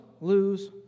lose